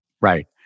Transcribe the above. Right